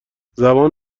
زبان